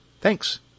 Thanks